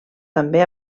també